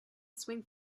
swing